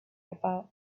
about